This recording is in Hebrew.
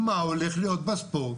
מה הולך להיות בספורט,